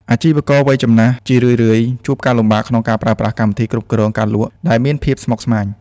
អាជីវករវ័យចំណាស់ជារឿយៗជួបការលំបាកក្នុងការប្រើប្រាស់កម្មវិធីគ្រប់គ្រងការលក់ ដែលមានភាពស្មុគស្មាញ។